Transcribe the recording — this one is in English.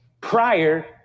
prior